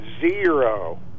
zero